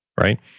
right